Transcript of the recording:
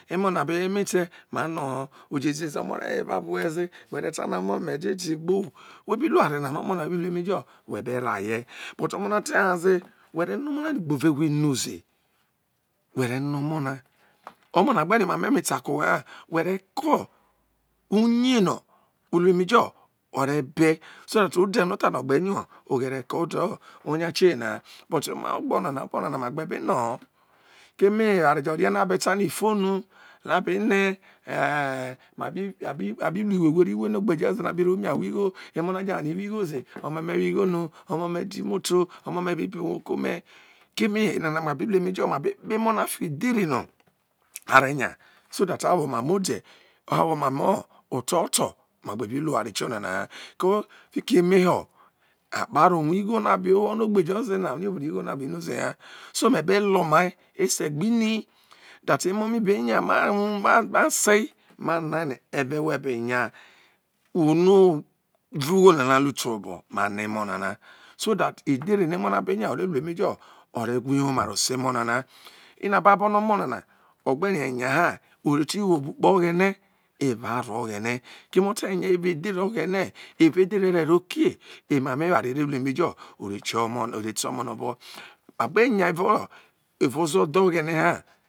emo̱ na be wo eme te̱ ma no̱ ho oje zieheza ha omo na re̱ wo eva bvu owhe ze were ta no mome dede gbo we be lu oware ware rue no we be raye but omana te nya zi were no̱ nọ gbore we no ze were no omo na omo ogberio omamo ame ta as we re ko uye no̱ o̱ re be so that ode̱ no tha na o̱ gbe̱ nyo oghera ko deo onye na. Ono eve ngo nana lu te owe obo mano emo na na ino ababo no omo na na ogba rienya ha ore re ti wo obru kpe o̱ghe̱ ne evao aro aghene evao odhere oghene evao edhere erekie emo ma ti ire kio no omo na obo abe gbe nya evao ozo̱ dhe̱ oghene ha